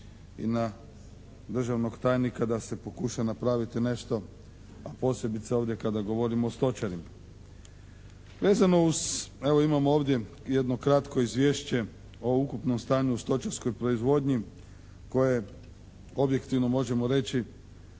i na državnog tajnika da se pokuša napraviti nešto, a posebice ovdje kada govorimo o stočarima. Vezano uz, evo imamo ovdje jedno kratko izvješće o ukupnom stanju u stočarskoj proizvodnji koja je objektivno možemo reći